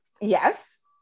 Yes